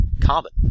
carbon